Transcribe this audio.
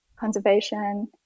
conservation